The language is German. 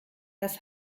das